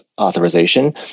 Authorization